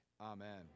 Amen